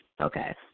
Okay